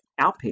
outpatient